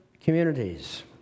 communities